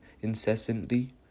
incessantly